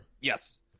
Yes